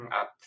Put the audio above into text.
up